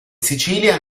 sicilia